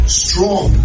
strong